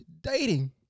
dating